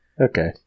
Okay